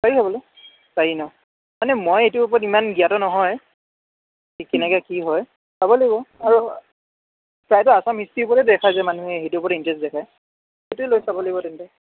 পাৰি হ'বলা পাৰি ন মানে মই এইটোৰ ওপৰত ইমান জ্ঞাত নহয় কি কেনেকৈ কি হয় চাব লাগিব আৰু প্ৰায়টো আছাম হিষ্ট্ৰী ওপৰতে দেখা যায় মানুহে সেইটোৰ প্ৰতি ইণ্টাৰেষ্ট দেখাই সেইটোৱে লৈ চাব লাগিব তেন্তে